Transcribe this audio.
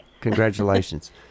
congratulations